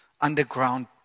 underground